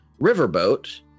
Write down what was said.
riverboat